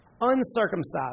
uncircumcised